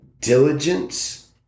diligence